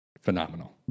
phenomenal